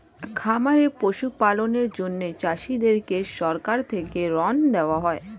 খামারে পশু পালনের জন্য চাষীদেরকে সরকার থেকে ঋণ দেওয়া হয়